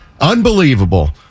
Unbelievable